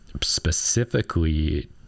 specifically